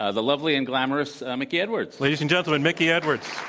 ah the lovely and glamorous mickey edwards. ladies and gentlemen, mickey edwards.